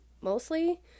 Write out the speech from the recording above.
mostly